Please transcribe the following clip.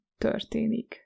történik